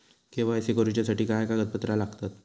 KYC करूच्यासाठी काय कागदपत्रा लागतत?